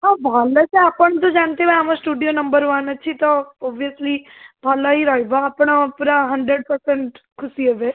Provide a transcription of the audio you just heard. ହଁ ଭଲ ସେ ଆପଣ ତ ଜାଣିଥିବେ ଆମ ଷ୍ଟୁଡ଼ିଓ ନମ୍ବର ୱାନ୍ ଅଛି ତ ଅବ୍ୟସ୍ଲି ଭଲ ହିଁ ରହିବ ଆପଣ ପୂରା ହଣ୍ଡ୍ରେଡ଼୍ ପରସେଣ୍ଟ ଖୁସି ହେବେ